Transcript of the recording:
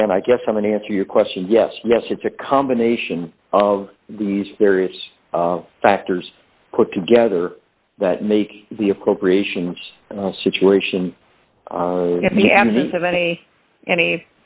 again i guess i'm an answer your question yes yes it's a combination of these various factors put together that make the appropriations situation and the absence of any any